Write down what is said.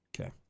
Okay